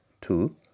two